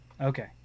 Okay